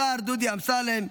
השר דודי אמסלם,